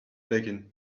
bacon